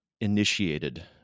initiated